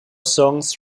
songs